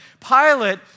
Pilate